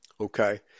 okay